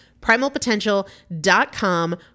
Primalpotential.com